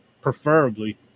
preferably